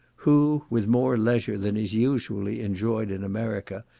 who, with more leisure than is usually enjoyed in america,